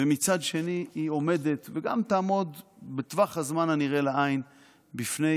ומצד שני היא עומדת וגם תעמוד בטווח הזמן הנראה לעין בפני